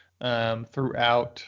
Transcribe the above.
Throughout